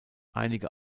einige